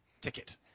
ticket